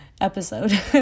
episode